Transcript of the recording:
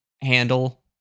handle